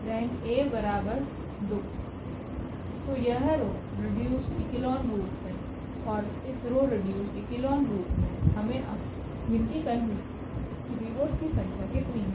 ⇒Rank𝐴2 तो यह row reduced echelon रूप है और इस रो रीडयुस्ड इक्लोन रूप में हमें अब गिनती करनी है कि पिवोट्स की संख्या कितनी है